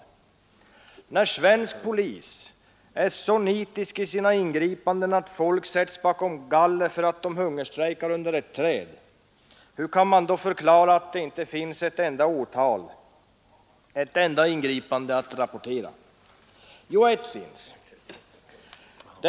När svensk polis är så nitisk i sina ingripanden att folk sätts bakom galler för att de hungerstrejkar under ett träd, hur kan man då förklara att det inte finns ett enda åtal, inte ett enda ingripande att rapportera? Jo, ett finns.